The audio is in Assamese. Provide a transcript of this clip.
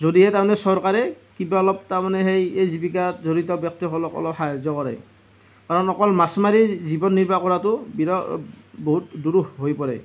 যদিহে তাৰমানে চৰকাৰে কিবা অলপ তাৰমানে সেই এই জীৱিকাত জড়িত ব্যক্তিসকলক অলপ সাহায্য কৰে কাৰণ অকল মাছ মাৰি জীৱন নিৰ্বাহ কৰাটো বিৰহ বহুত দুৰূহ হৈ পৰে